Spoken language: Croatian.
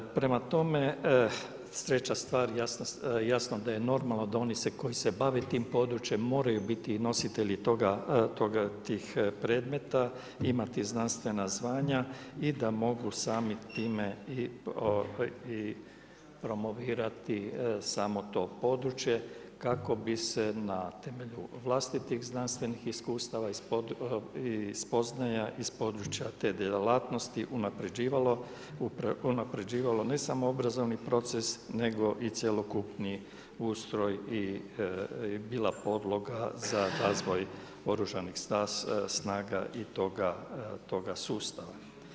Treća stvar, jasno da je normalno da oni koji se bave tim područjem moraju biti nositelji tih predmeta, imati znanstvena zvanja i da mogu samim time samo to područje, kako bi se na temelju vlastitih znanstvenih iskustava i spoznaja iz područja te djelatnosti unapređivalo, ne samo obrazovni proces, nego i cjelokupni ustroj, bila podloga za razvoj oružanih snaga i toga sustava.